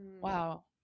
wow